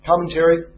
commentary